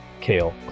Kale